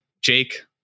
Jake